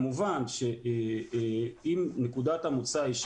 כמובן שנקודת המוצא היא,